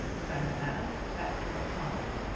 clara asked, after a pause.